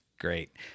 great